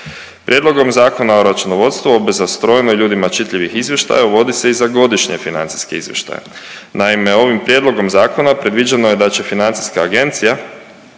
Prijedlogom Zakon o računovodstvu obveza strojno i ljudima čitljivih izvještaja uvodi se i za godišnje financijske izvještaje. Naime, ovim Prijedlogom zakona predviđeno je da će Financijska agencija